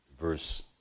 verse